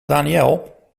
daniël